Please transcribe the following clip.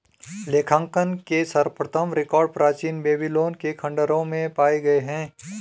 लेखांकन के सर्वप्रथम रिकॉर्ड प्राचीन बेबीलोन के खंडहरों में पाए गए हैं